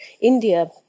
India